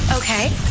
Okay